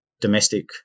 domestic